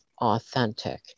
authentic